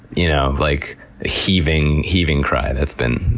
you know, like heaving heaving cry. that's been,